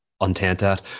untainted